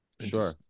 Sure